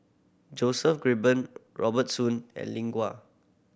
Joseph Grimberg Robert Soon and Lin Gao